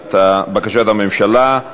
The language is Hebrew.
בבקשת הממשלה.